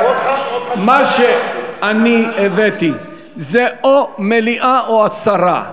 מה שאני הבאתי זה או מליאה או הסרה.